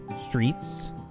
streets